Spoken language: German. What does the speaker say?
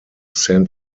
san